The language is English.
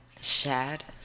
Shad